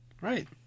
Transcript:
Right